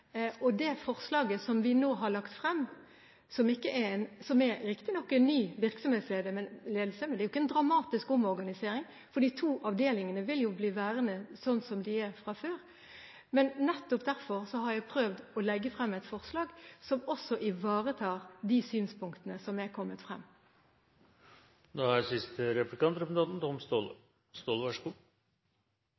ledere. Det forslaget som vi nå har lagt frem, dreier seg riktignok om en ny virksomhetsledelse, men det er ikke en dramatisk omorganisering. De to avdelingene vil bli værende som før. Nettopp derfor har jeg prøvd å legge frem et forslag som også ivaretar de synspunktene som er kommet frem. Det er gjennom innlegg fra talerstolen gjort et poeng av at Marinejegerkommandoen skal på nasjonal beredskap og at det er et av argumentene for at denne organisasjonsendringen må skje. Da